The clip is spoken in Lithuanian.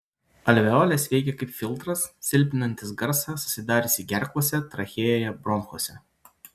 alveolės veikia kaip filtras silpninantis garsą susidariusį gerklose trachėjoje bronchuose